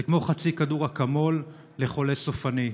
זה כמו חצי כדור אקמול לחולה סופני.